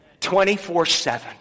24-7